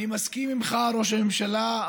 אני מסכים עימך, ראש הממשלה.